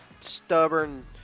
stubborn